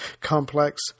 complex